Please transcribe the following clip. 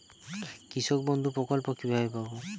কৃষকবন্ধু প্রকল্প কিভাবে পাব?